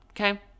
okay